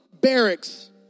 barracks